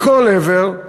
מכל עבר,